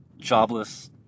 Jobless